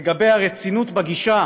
לגבי הרצינות בגישה